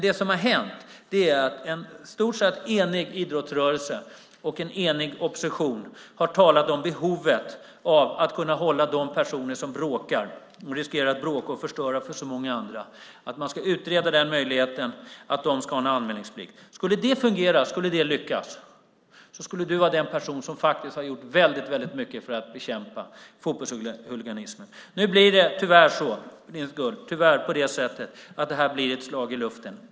Det som har hänt är att en i stort sett enig idrottsrörelse och en enig opposition har talat om att man för att kunna hålla de personer som bråkar och riskerar att förstöra för så många andra ska utreda möjligheten att de ska ha en anmälningsplikt. Skulle det fungera, skulle det lyckas, skulle du vara den person som faktiskt har gjort väldigt mycket för att bekämpa fotbollshuliganismen. Nu blir det tyvärr ett slag i luften.